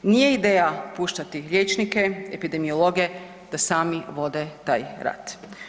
Nije ideja puštati liječnike, epidemiologe da sami vode taj rat.